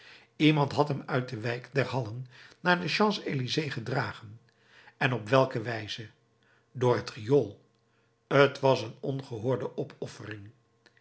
iemand had hem uit de wijk der hallen naar de champs-elysées gedragen en op welke wijze door het riool t was een ongehoorde opoffering